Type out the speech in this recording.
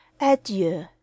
Adieu